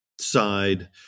side